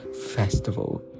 festival